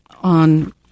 on